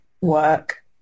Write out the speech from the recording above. work